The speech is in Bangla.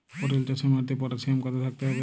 পটল চাষে মাটিতে পটাশিয়াম কত থাকতে হবে?